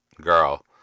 Girl